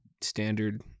standard